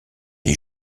les